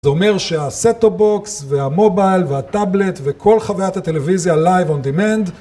זה אומר שהסטו בוקס והמוביל והטאבלט וכל חוויית הטלוויזיה לייב און דימנד